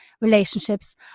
relationships